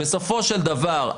בסופו של דבר,